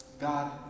God